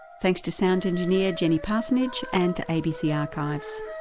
thanks to sound engineer jenny parsonage, and to abc archives.